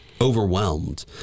overwhelmed